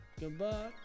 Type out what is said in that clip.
Goodbye